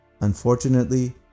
Unfortunately